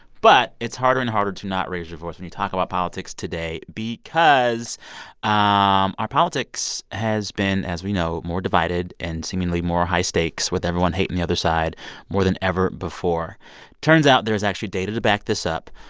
but it's harder and harder to not raise your voice when you talk about politics today because um our politics has been, as we know, more divided and seemingly more high-stakes with everyone hating the other side more than ever before turns out there's actually data to back this up.